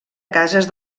cases